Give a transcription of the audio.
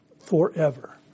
forever